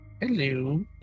hello